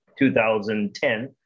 2010